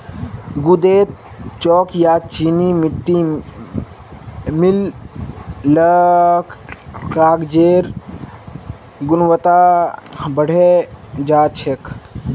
गूदेत चॉक या चीनी मिट्टी मिल ल कागजेर गुणवत्ता बढ़े जा छेक